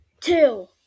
Two